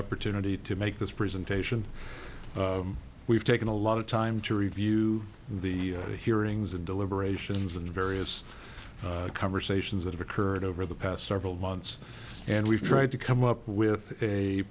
opportunity to make this presentation we've taken a lot of time to review the hearings the deliberations of the various conversations that have occurred over the past several months and we've tried to come up with a